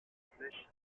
flèches